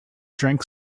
drank